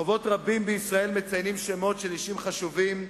התשס"ט 2009. רחובות רבים בישראל מציינים שמות של אישים חשובים,